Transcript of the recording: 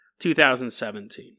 2017